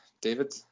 David